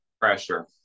pressure